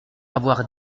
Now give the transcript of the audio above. avoir